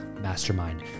Mastermind